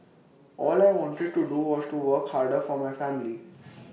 all I wanted to do was to work harder for my family